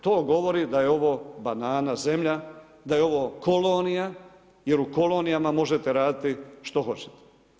To govori da je ovo banana zemlja, da je ovo kolonija jer u kolonijama možete raditi što hoćete.